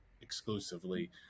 exclusively